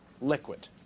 liquid